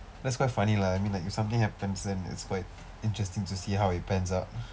that's quite funny lah I mean like if something happens then it's quite interesting to see how it pans out